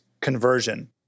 conversion